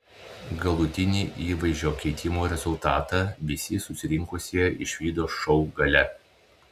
galutinį įvaizdžio keitimo rezultatą visi susirinkusieji išvydo šou gale